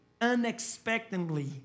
unexpectedly